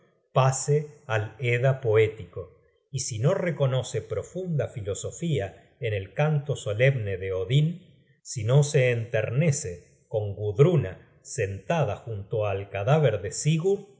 pase al edda poético y si no reconoce profunda filosofía en el canto solemne de odin si no se enternece con gudruna sentada junto al cadáver de sigurd